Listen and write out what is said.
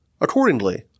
accordingly